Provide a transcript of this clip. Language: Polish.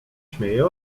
śmieje